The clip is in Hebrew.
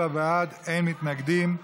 54 בעד, אין מתנגדים.